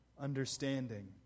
understanding